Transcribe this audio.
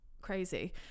crazy